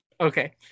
okay